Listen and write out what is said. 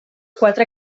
quatre